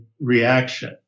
reaction